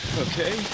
okay